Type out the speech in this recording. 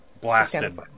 Blasted